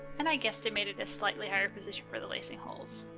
and i guestimated a slightly higher position for the lacing holes.